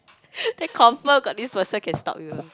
then confirm got this person can stop you